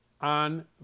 on